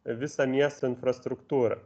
visą miesto infrastruktūrą